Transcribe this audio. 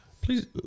please